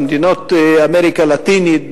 במדינות אמריקה הלטינית,